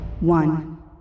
One